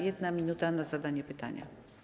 1 minuta na zadanie pytania.